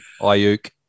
Ayuk